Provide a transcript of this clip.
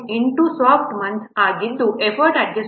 8 staff months ಆಗಿದ್ದು effort adjustment factor 0